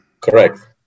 Correct